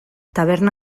taberna